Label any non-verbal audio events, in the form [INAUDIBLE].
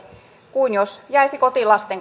kuin jos jäisi kotiin lasten [UNINTELLIGIBLE]